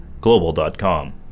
global.com